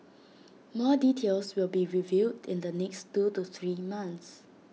more details will be revealed in the next two to three months